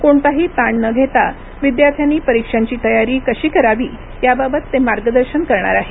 कोणताही ताण न घेता विद्यार्थ्यांनी परीक्षांची तयारी कशी करावी याबाबत ते मार्गदर्शन करणार आहेत